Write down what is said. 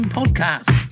podcast